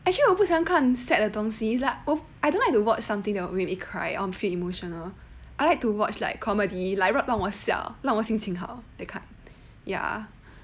actually 我不喜欢看 sad 的东西 is like I don't like to watch something that will make me cry or feel emotional I like to watch like comedy like 让我笑让我心情好 that kind